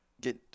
get